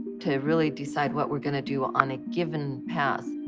to really decide what we're going to do on a given pass.